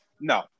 No